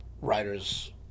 writers